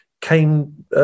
came